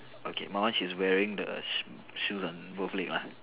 okay my one she's wearing the shoes on both leg lah